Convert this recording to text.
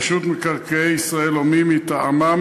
רשות מקרקעי ישראל או מי מטעמן,